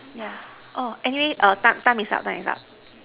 yeah anyway time time is up time is up